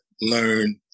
learn